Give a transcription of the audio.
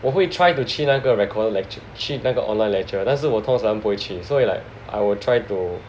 我会 try to 去那个 recorder lect~ 去那个 online lecture 但是我通常不会去所以 like I will try to